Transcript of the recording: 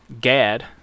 gad